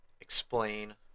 explain